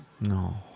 No